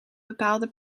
bepaalde